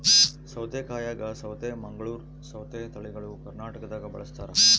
ಸೌತೆಕಾಯಾಗ ಸೌತೆ ಮಂಗಳೂರ್ ಸೌತೆ ತಳಿಗಳು ಕರ್ನಾಟಕದಾಗ ಬಳಸ್ತಾರ